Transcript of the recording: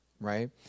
Right